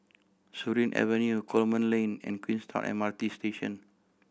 Surin Avenue Coleman Lane and Queenstown M R T Station